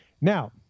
Now